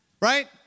right